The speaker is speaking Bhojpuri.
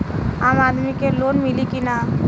आम आदमी के लोन मिली कि ना?